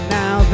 now